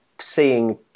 seeing